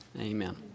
amen